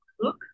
look